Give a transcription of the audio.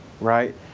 right